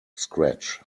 scratch